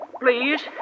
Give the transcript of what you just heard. Please